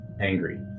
angry